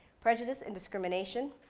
prejudice, and discrimination,